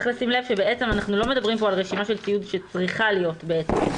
צריך לשים לב שאנחנו לא מדברים פה על רשימה של ציוד שצריכה להיות בחדר,